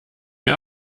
mir